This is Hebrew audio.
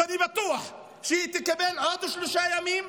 ואני בטוח שהיא תקבל עוד שלושה ימים,